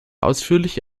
ausführliche